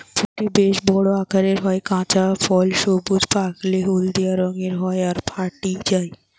ফুটি বেশ বড় আকারের হয়, কাঁচা ফল সবুজ, পাকলে হলদিয়া রঙের হয় আর ফাটি যায়